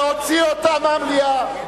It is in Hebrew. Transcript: להוציא אותה מהמליאה.